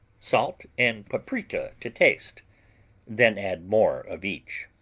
salt and paprika to taste then add more of each.